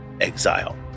exile